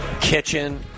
kitchen